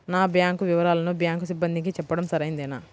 నా బ్యాంకు వివరాలను బ్యాంకు సిబ్బందికి చెప్పడం సరైందేనా?